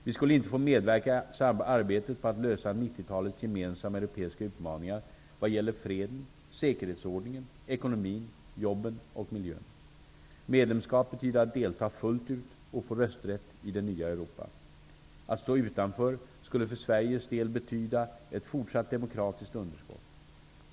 Vi skulle inte få medverka i arbetet på att lösa 90 talets gemensamma europeiska utmaningar vad gäller freden, säkerhetsordningen, ekonomin, jobben och miljön. Medlemskap betyder att delta fullt ut och få rösträtt i det nya Europa. Att stå utanför skulle för Sveriges del betyda ett fortsatt demokratiskt underskott.